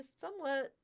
somewhat